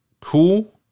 cool –